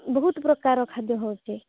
ବହୁତ ପ୍ରକାର ଖାଦ୍ୟ ହେଉଛି